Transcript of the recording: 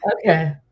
okay